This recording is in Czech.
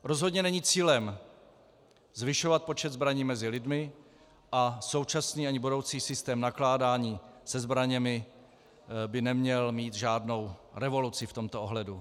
Rozhodně není cílem zvyšovat počet zbraní mezi lidmi a současně ani budoucí systém nakládání se zbraněmi by neměl mít žádnou revoluci v tomto ohledu.